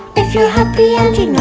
if you're happy and